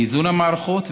באיזון המערכות,